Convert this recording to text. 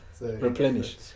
Replenish